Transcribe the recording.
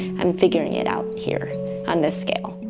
i'm figuring it out here on this scale.